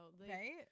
Right